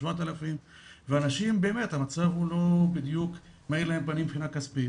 7,000. המצב לא מאיר פנים לאנשים מבחינה כספית,